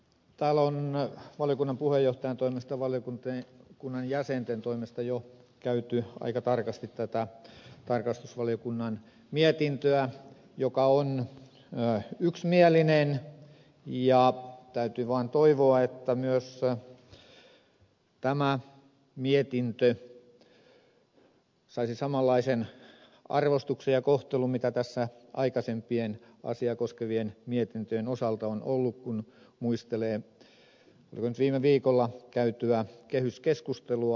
täällä on valiokunnan puheenjohtajan toimesta ja valiokunnan jäsenten toimesta jo käyty läpi aika tarkasti tätä tarkastusvaliokunnan mietintöä joka on yksimielinen ja täytyy vaan toivoa että myös tämä mietintö saisi samanlaisen arvostuksen ja kohtelun mitä tässä aikaisempien asiaa koskevien mietintöjen osalta on ollut kun muistelee viime viikolla käytyä kehyskeskustelua